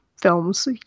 films